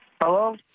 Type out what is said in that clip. Hello